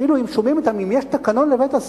כאילו אם שומעים את המלים: יש תקנון לבית-הספר,